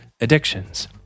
Addictions